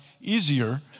easier